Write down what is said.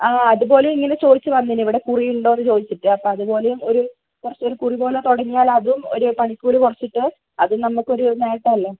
ആ അതുപോലെ ഇങ്ങനെ ചോദിച്ച് വന്നു ഇവിടെ കുറി ഉണ്ടോ എന്ന് ചോദിച്ചിട്ട് അപ്പോൾ അതുപോലെ ഒരു കുറച്ച് ഒരു കുറി പോലെ തുടങ്ങിയാൽ അതും ഒരു പണിക്കൂലി കുറച്ചിട്ട് അത് നമുക്കൊരു നേട്ടമല്ലേ